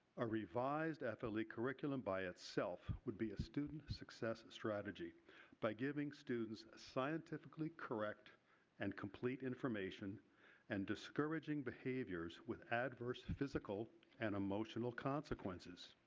a revised f l e. curriculum by itself would be a student success strategy by giving students scientifically correct and complete information and discouraging behaviors with adverse physical and emotional consequences.